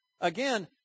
Again